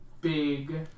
big